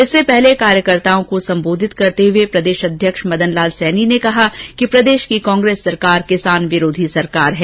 इससे पहले कार्यकर्ताओं को संबोधित करते हुए प्रदेश अध्यक्ष मदनलाल सैनी ने कहा कि प्रदेश की कांग्रेस सरकार किसान विरोधी सरकार है